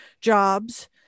jobs